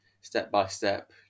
step-by-step